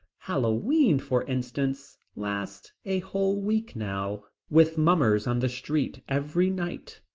hallowe'en, for instance, lasts a whole week now, with mummers on the streets every night,